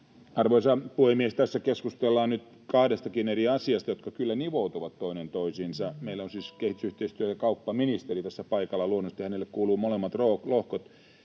Arvoisa puhemies! Tässä keskustellaan nyt kahdestakin eri asiasta, jotka kyllä nivoutuvat toinen toisiinsa. Meillä on siis kehitysyhteistyö- ja kauppaministeri tässä paikalla — luonnollisesti hänelle kuuluvat molemmat lohkot